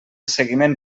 seguiment